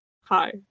Hi